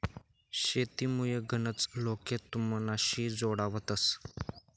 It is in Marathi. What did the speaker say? शेतीमुये गनच लोके तुमनाशी जोडावतंस